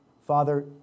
Father